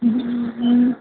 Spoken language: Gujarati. હમ્મ